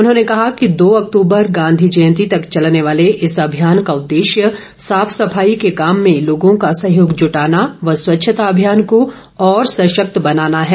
उन्होंने कहा कि दो अक्तबर गांधी जयंती तक चलने वाले इस अभियान का उर्देश्य साफ सफाई के काम में लोगों का सहयोग जुटाना व स्वच्छता अभियान को और सशक्त बनाना है